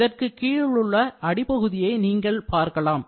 இதற்கு கீழுள்ள அடிப்பகுதியை நீங்கள் பார்க்கலாம்